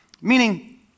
Meaning